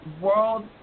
world